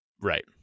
right